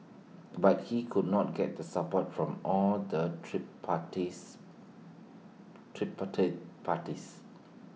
but he could not get the support from all the tree parties tripartite parties